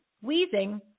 wheezing